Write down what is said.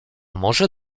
może